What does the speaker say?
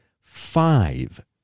five